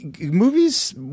movies